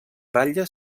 ratlla